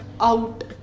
out